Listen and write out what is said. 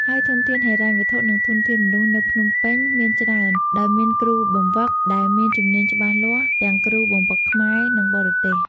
ហើយធនធានហិរញ្ញវត្ថុ និងធនធានមនុស្សនៅភ្នំពេញមានច្រើន ដោយមាន គ្រូបង្វឹក ដែលមានជំនាញច្បាស់លាស់ ទាំងគ្រូបង្វឹកខ្មែរ និងបរទេស។